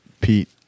pete